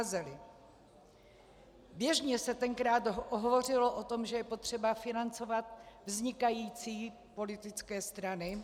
Běžně se tenkrát hovořilo o tom, že je potřeba financovat vznikající politické strany.